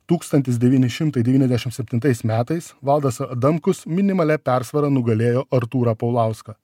tūkstantis devyni šimtai devyniasdešim septintais metais valdas adamkus minimalia persvara nugalėjo artūrą paulauską